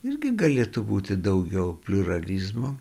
irgi galėtų būti daugiau pliuralizmo